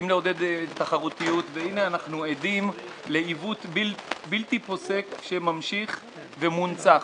והנה אנחנו עדים לעיוות בלתי פוסק שממשיך ומונצח.